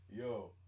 Yo